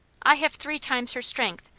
i have three times her strength,